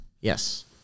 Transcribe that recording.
Yes